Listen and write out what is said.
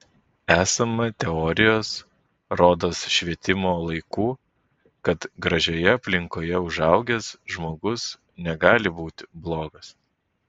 esama teorijos rodos švietimo laikų kad gražioje aplinkoje užaugęs žmogus negali būti blogas